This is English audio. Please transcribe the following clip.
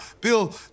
Bill